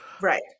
right